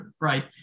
right